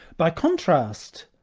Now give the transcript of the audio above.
by contrast,